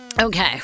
Okay